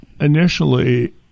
initially